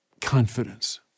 confidence